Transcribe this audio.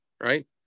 right